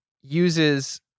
uses